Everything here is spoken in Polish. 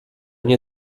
nie